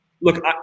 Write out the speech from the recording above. Look